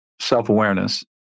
self-awareness